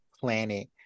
planet